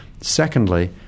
secondly